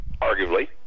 arguably